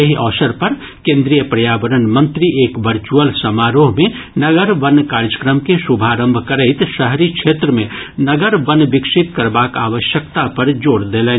एहि अवसर पर केन्द्रीय पर्यावरण मंत्री एक वर्चुअल समारोह मे नगर वन कार्यक्रम के शुभारंभ करैत शहरी क्षेत्र मे नगर वन विकसित करबाक आवश्यकता पर जोर देलनि